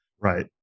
right